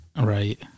right